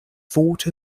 fought